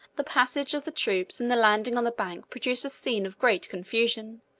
the passage of the troops and the landing on the bank produced a scene of great confusion.